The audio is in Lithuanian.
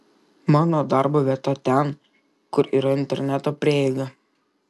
mano darbo vieta ten kur yra interneto prieiga